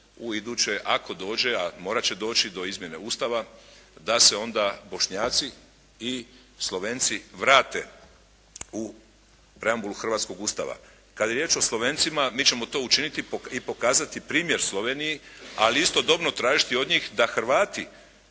u iduće, ako dođe, a morat će doći do izmjene Ustava da se onda Bošnjaci i Slovenci vrate u preambulu hrvatskog Ustava. Kad je riječ o Slovencima mi ćemo to učiniti i pokazati primjer Sloveniji, ali istodobno tražiti od njih da Hrvati